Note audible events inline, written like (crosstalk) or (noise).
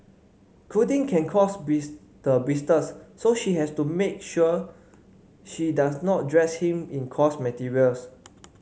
clothing can cause (unintelligible) the blisters so she has to make sure she does not dress him in coarse materials